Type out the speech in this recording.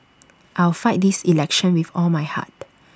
I will fight this election with all my heart